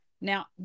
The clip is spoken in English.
now